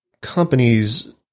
companies